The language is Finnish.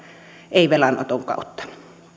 ei velanoton kautta